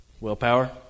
Willpower